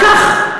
לקח.